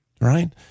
right